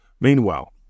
Meanwhile